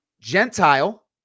Gentile